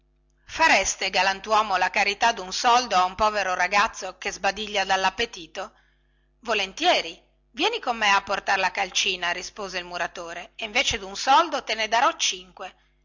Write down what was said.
fareste galantuomo la carità dun soldo a un povero ragazzo che sbadiglia dallappetito volentieri vieni con me a portar calcina rispose il muratore e invece dun soldo te ne darò cinque